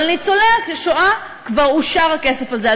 אבל לניצולי השואה כבר אושר הכסף הזה,